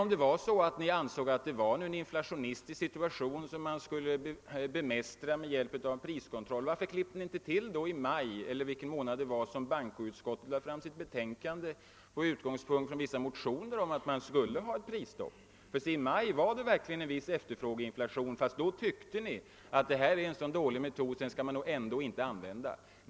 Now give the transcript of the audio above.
Om ni i regeringen ansåg att det rådde en inflatorisk situation som skulle bemästras med <priskontroll, varför klippte ni då inte till i maj — tror jag det var — när bankoutskottet lade fram sitt betänkande med utgångspunkt i en motion om att man skulle ha ett prisstopp? I maj var det verkligen en viss efterfrågeinflation, men då tyckte ni att priskontroll är en så dålig metod att den skall man inte använda.